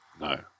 No